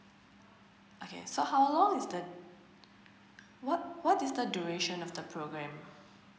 okay so how long is the what what is the duration of the program